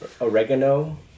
Oregano